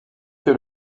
que